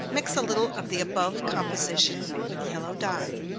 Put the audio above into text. mix a little of the above composition with yellow dye.